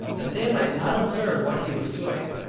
that they might not observe what he was doing.